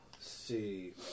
see